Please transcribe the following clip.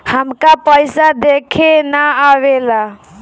हमका पइसा देखे ना आवेला?